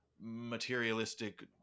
materialistic